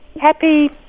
happy